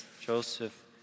Joseph